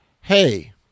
Hey